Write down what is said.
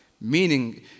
meaning